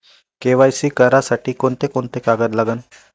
KYC करासाठी कोंते कोंते कागद लागन?